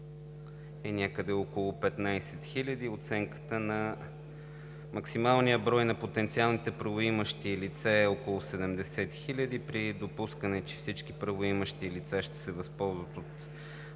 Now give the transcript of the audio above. е някъде около 15 000. Оценката за максималния брой на потенциалните правоимащи лица е около 70 000. При допускане, че всички правоимащи лица ще се възползват от